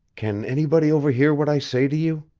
can anybody overhear what i say to you?